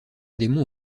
démon